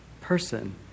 person